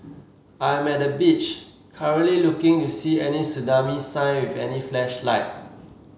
I am at the beach currently looking to see any tsunami sign with any flash light